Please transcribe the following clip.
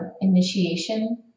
initiation